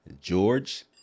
George